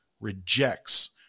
rejects